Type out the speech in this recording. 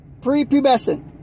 Prepubescent